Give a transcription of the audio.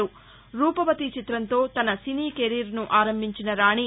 రూపవతి చిత్రంతో తన సినీ కెరీర్ను ఆరంభించిన రాణి